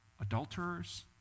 adulterers